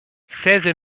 seize